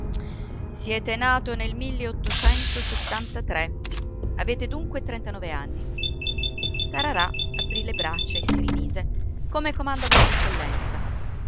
siete nato nel vete dunque trentanove anni tararà aprì le braccia e si rimise come comanda vostra eccellenza